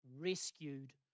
rescued